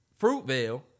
Fruitvale